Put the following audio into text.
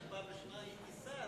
כשבפעם הראשונה הייתי שר,